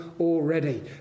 already